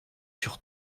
sur